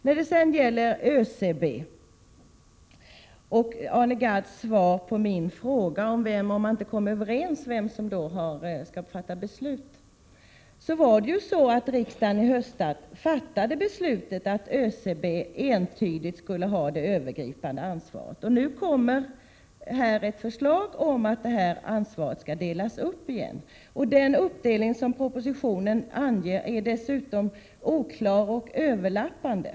När det sedan gäller Arne Gadds svar på min fråga om vem som skall fatta beslut om myndigheterna inte kommer överens var det ju så, att riksdagen i höstas fattade beslutet att ÖCB skulle ha det övergripande ansvaret. Nu kommer ett förslag om att detta ansvar skall delas upp igen. Den uppdelning som anges i propositionen är dessutom oklar och överlappande.